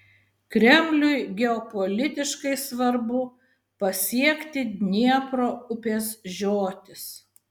kremliui geopolitiškai svarbu pasiekti dniepro upės žiotis